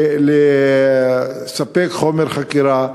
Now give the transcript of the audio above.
לספק חומר חקירה.